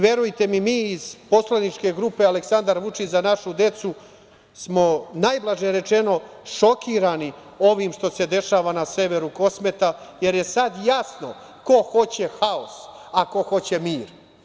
Verujte mi, mi iz poslaničke grupe Aleksandar Vučić – Za našu decu, smo najblaže rečeno šokirani ovim što se dešava na severu Kosova, jer je sada jasno ko hoće haos, a ko hoće mir.